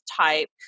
type